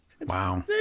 Wow